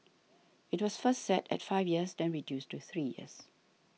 it was first set at five years then reduced to three years